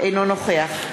אינו נוכח